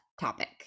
topic